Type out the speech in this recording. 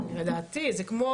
זה כמו,